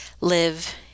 live